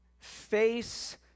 face